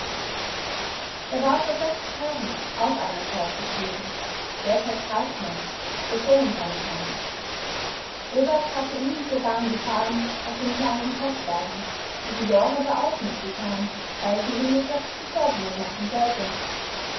da war vor sechs tagen auch einer fortgezogen berthold hartmann der sohn seines herrn robert hatte ihn zur bahn gefahren auf dem kleinen korbwagen und die lore war auch mitgefahren weil sie in der stadt besorgungen machen sollte